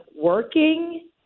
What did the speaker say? working